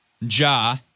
Ja